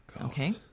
Okay